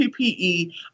PPE